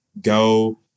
go